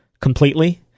completely